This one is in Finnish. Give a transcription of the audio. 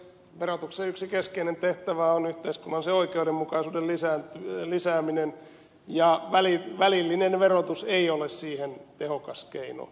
verotuksen yksi keskeinen tehtävä on yhteiskunnallisen oikeudenmukaisuuden lisääminen ja välillinen verotus ei ole siihen tehokas keino ed